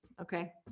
Okay